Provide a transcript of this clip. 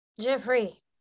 Jeffrey